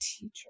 teacher